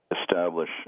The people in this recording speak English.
establish